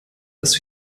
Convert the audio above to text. das